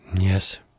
Yes